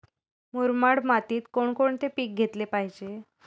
मुरमाड मातीत कोणकोणते पीक घेतले पाहिजे?